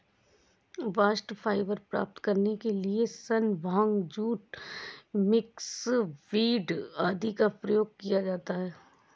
bast fibre प्राप्त करने के लिए सन, भांग, जूट, मिल्कवीड आदि का उपयोग किया जाता है